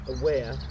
aware